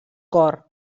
cor